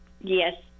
Yes